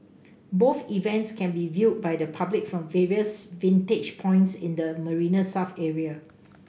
both events can be viewed by the public from various vantage points in the Marina South area